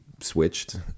switched